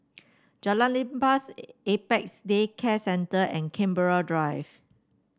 Jalan Lepas Apex Day Care Centre and Canberra Drive